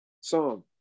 song